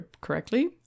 correctly